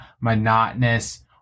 monotonous